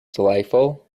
delightful